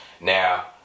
Now